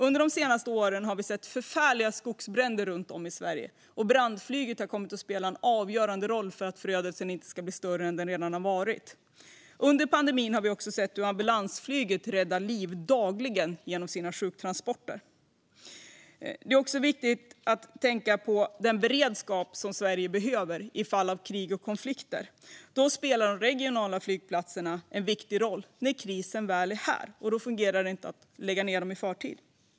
På senare år har vi haft förfärliga skogsbränder, och brandflyget har spelat en avgörande roll för att begränsa förödelsen. Under pandemin har vi också sett hur ambulansflygets sjuktransporter dagligen räddar liv. Det är viktigt att tänka på Sveriges beredskap vid krig och konflikter. De regionala flygplatserna spelar en viktig roll när krisen väl är här och kan därför inte läggas ned.